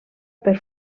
per